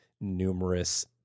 numerous